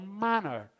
manner